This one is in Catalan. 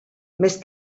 més